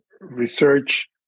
Research